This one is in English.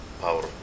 power